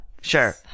Sure